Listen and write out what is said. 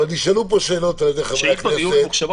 אבל נשאלו פה שאלות על ידי חברי הכנסת.